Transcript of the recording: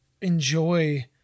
enjoy